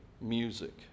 music